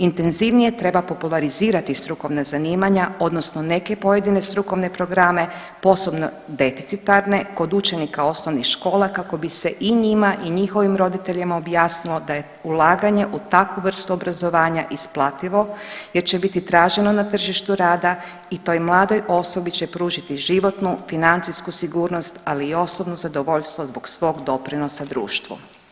Intenzivnije treba popularizirati strukovna zanimanja odnosno neke pojedine strukovne programe posebno deficitarne kod učenika osnovnih škola kako bi se i njima i njihovim roditeljima objasnilo da je ulaganje u takvu vrstu obrazovanja isplativo jer će biti traženo na tržištu rada i toj mladoj osobi će pružiti životnu, financijsku sigurnost, ali i osobno zadovoljstvo zbog svog doprinosa društvu.